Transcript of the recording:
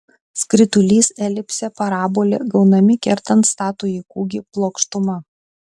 skritulys elipsė parabolė gaunami kertant statųjį kūgį plokštuma